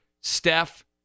Steph